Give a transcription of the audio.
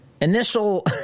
initial